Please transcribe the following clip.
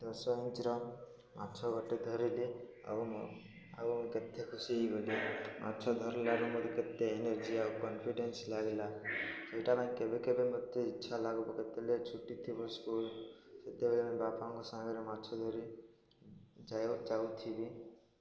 ଦଶ ଇଞ୍ଚର ମାଛ ଗୋଟେ ଧରିଲି ଆଉ ଆଉ ମୁଁ କେତେ ଖୁସି ହେଇଗଲି ମାଛ ଧରିଲାରୁ ମତେ କେତେ ଏନର୍ଜି ଆଉ କନଫିଡେନ୍ସ ଲାଗିଲା ସେଇଟା ପାଇଁ କେବେ କେବେ ମତେ ଇଚ୍ଛା ଲାଗିବ କେତେବେ ଛୁଟି ଥିବ ସ୍କୁଲ ସେତେବେଳେ ମୁ ବାପାଙ୍କ ସାଙ୍ଗରେ ମାଛ ଧରି ଯ ଯାଉଥିବି